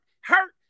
hurt